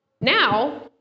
now